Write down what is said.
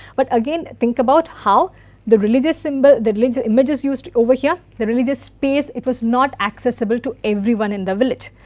but again think about how the religious symbol, the images used over here, the religious space it was not accessible to everyone in the village.